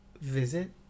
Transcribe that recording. Visit